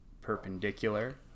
perpendicular